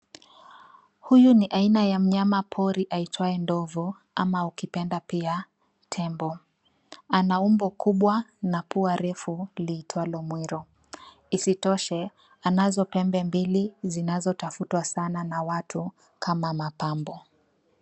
Huyu ni aina ya mnyama pori aitwaye ndovu ama ukipenda pia tembo. Ana umbo kubwa na pua refu liitwalo mwiro. Isitoshe anazo pembe mbili zinazotafutwa sana na watu kama mapambo.